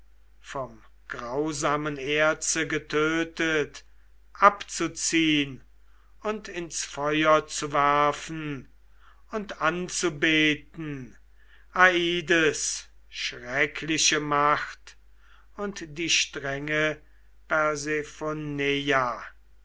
vom grausamen erze getötet abzuziehn und ins feuer zu werfen und anzubeten aides schreckliche macht und die strenge